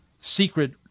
secret